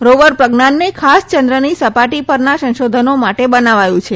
rover પ્રજ્ઞાનને ખાસ યંદ્રની સપાટી પરના સંશોધનો માટે બનાવાયું છે